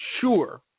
sure